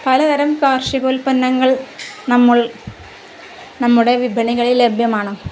പലതരം കാർഷികോൽപ്പന്നങ്ങൾ നമ്മൾ നമ്മുടെ വിപണികളിൽ ലഭ്യമാണ്